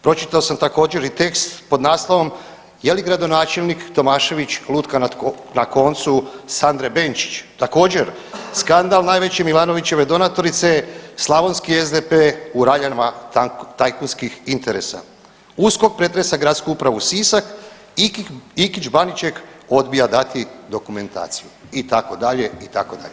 Pročitao sam također i tekst pod naslovom „Je li gradonačelnik Tomašević lutka na koncu Sandre Benčić?“, također „Skandal najveći Milanovićeve donatorice je slavonski SDP u raljama tajkunskih interesa“, „USKOK pretresa Gradsku upravu Sisak, Ikić Baniček odbija dati dokumentaciju“ itd., itd.